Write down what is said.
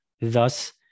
thus